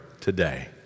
today